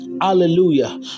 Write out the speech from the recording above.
Hallelujah